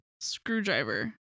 Screwdriver